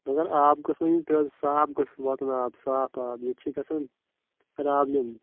مگر آب گوٚس وۄنۍ یُن پیور صاف گوٚس واتُن آب صاف آب ییٚتہِ چھ گژھان پرابلِم